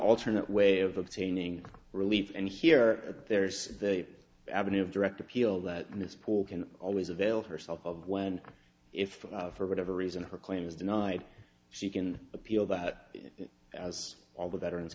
alternate way of obtaining relief and here there is the avenue of direct appeal that this pool can always avail herself of when if for whatever reason her claim is denied she can appeal that as all the veterans